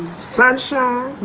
sunshine,